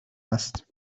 است